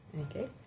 okay